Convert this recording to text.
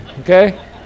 okay